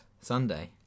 Sunday